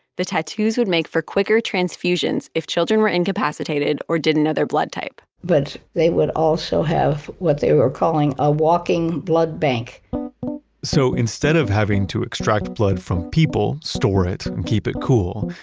the tattoos would make for quicker transfusions if children were incapacitated or didn't know their blood type but they would also have what they were calling a walking blood bank so instead of having to extract blood from people, store it and keep it cool,